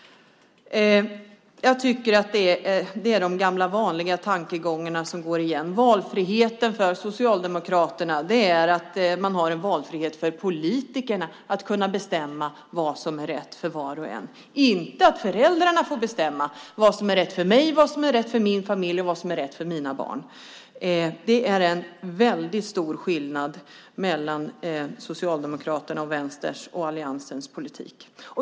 Det är, tycker jag, de gamla vanliga tankegångarna som går igen. Valfrihet för Socialdemokraterna är att ha valfrihet för politikerna att kunna bestämma vad som är rätt för var och en, inte att föräldrarna får bestämma vad som är rätt för dem, vad som är rätt för familjen och vad som är rätt för deras barn. Det är en väldigt stor skillnad mellan Socialdemokraternas och Vänsterns politik och alliansens politik.